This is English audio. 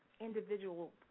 individual